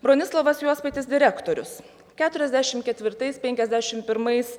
bronislovas juospaitis direktorius keturiasdešim ketvirtais penkiasdešim pirmais